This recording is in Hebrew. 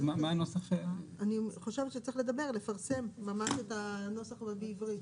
אני חושבת שצריך לפרסם ממש את הנוסח בעברית.